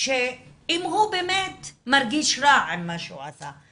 שאם הוא באמת מרגיש רע עם מה שהוא עשה,